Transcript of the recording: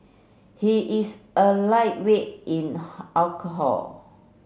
he is a lightweight in alcohol